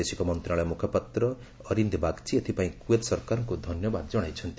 ବୈଦେଶିକ ମନ୍ତ୍ରଣାଳୟ ମୁଖପାତ୍ର ଅରିନ୍ଦି ବାଗ୍ଚୀ ଏଥିପାଇଁ କୁଏତ ସରକାରଙ୍କୁ ଧନ୍ୟବାଦ ଜଣାଇଛନ୍ତି